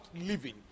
living